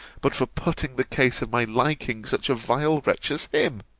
but for putting the case of my liking such a vile wretch as him.